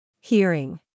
Hearing